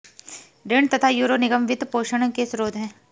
ऋण तथा यूरो निर्गम वित्त पोषण के स्रोत है